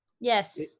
Yes